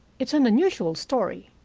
it's an unusual story,